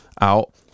out